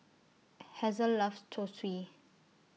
Hazle loves Zosui